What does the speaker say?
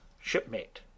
shipmate